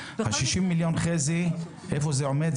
חזי, ה-60 מיליון שקל, איפה זה עומד?